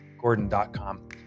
Gordon.com